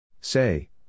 Say